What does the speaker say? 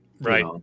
Right